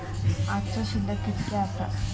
आजचो शिल्लक कीतक्या आसा?